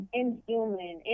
inhuman